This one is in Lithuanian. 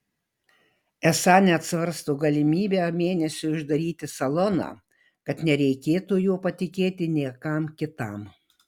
esą net svarsto galimybę mėnesiui uždaryti saloną kad nereikėtų jo patikėti niekam kitam